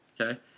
okay